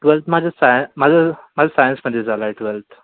twelfth माझं साय माझं माझं सायन्समध्ये झालं आहे ट्वेल्थ